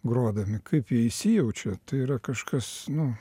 grodami kaip jie įsijaučia tai yra kažkas nu